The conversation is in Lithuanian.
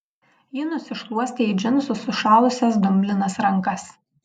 ji nusišluostė į džinsus sušalusias dumblinas rankas